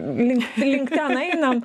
link link ten einam